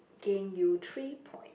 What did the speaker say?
gain you three point